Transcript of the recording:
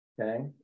okay